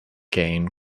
gain